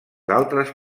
altres